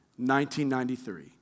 1993